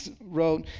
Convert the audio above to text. wrote